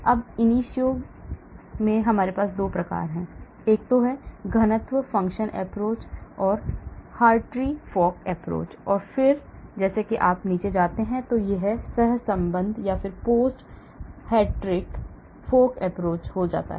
अब initio में हमारे पास 2 प्रकार हैं घनत्व function approach Hartree Fock approach और फिर जैसे ही आप नीचे जाते हैं यह सहसंबद्ध post Hartree Fock approach हो जाता है